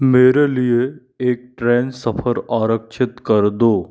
मेरे लिए एक ट्रेन सफ़र आरक्षित कर दो